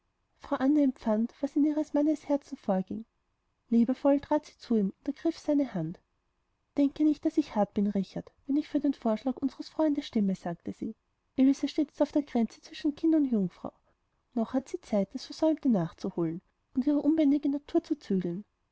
frau anne empfand was in ihres mannes herzen vorging liebevoll trat sie zu ihm und ergriff seine hand denke nicht daß ich hart bin richard wenn ich für den vorschlag unsres freundes stimme sagte sie ilse steht jetzt auf der grenze zwischen kind und jungfrau noch hat sie zeit das versäumte nachzuholen und ihre unbändige natur zu zügeln